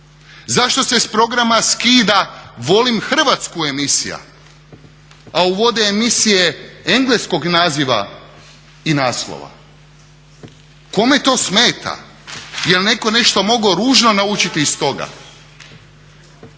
Zašto se s programa skida "Volim Hrvatsku" emisija a uvode emisije engleskom naziva i naslova? Kome to smeta? Je li netko nešto mogao ružno naučiti iz toga?